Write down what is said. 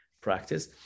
practice